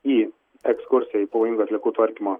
į ekskursiją į pavojingų atliekų tvarkymo